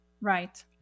Right